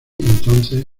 entonces